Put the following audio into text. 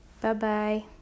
Bye-bye